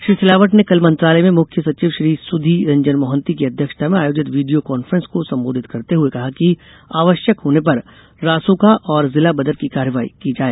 श्री सिलावट ने कल मंत्रालय में मुख्य सचिव श्री सुधि रजंन मोहन्ती की अध्यक्षता में आयोजित वीडियो कांफ्रेंस को सम्बोधित करते हुए कहा कि आवश्यक होने पर रासुका और जिला बदर की कार्यवाही की जाए